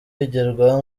bigerwaho